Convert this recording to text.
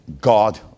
God